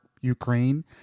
Ukraine